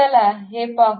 चला हे पाहू